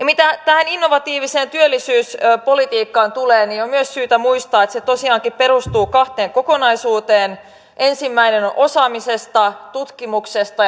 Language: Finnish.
mitä tähän innovatiiviseen työllisyyspolitiikkaan tulee niin on myös syytä muistaa että se tosiaankin perustuu kahteen kokonaisuuteen ensimmäinen on osaamisesta tutkimuksesta